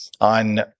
on